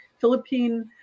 Philippine